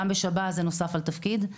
הוא נוסף על התפקיד גם בשב"ס.